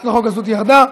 הצעת החוק הזאת ירדה.